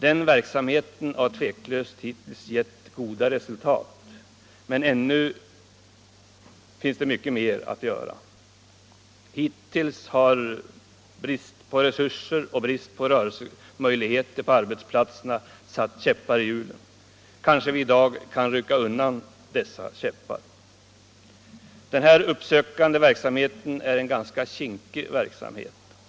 Den verksamheten har tveklöst gett mycket goda resultat, men ännu mycket mer finns att göra. Hittills har brist på resurser och bristande rörelsemöjligheter på arbetsplatserna satt käppar i hjulen. Kanske vi i dag kan rycka undan dessa käppar. Den uppsökande verksamheten är en ganska kinkig sak.